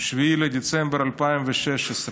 7 בדצמבר 2016,